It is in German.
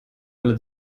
alle